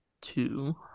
two